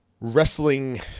wrestling